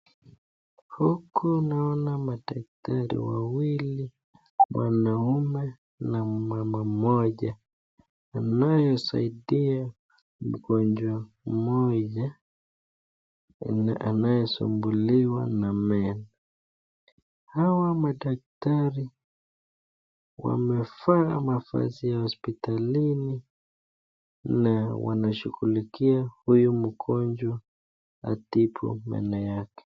Huku naona madaktari wawili wanaona wanaume na mmama moja anayesaidia mgonjwa moja anayesumbuliwa na meno hawa madaktari wamevaa mazoazi ya hospitalini na wanashughulikia huyu mgonjwa atibu meno yake.